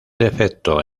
defecto